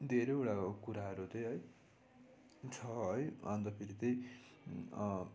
धेरैवटा अब कुराहरू त है छ है अन्त फेरि त